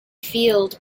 field